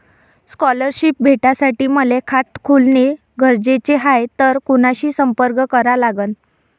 Scholarship भेटासाठी मले खात खोलने गरजेचे हाय तर कुणाशी संपर्क करा लागन?